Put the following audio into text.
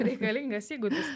reikalingas įgūdis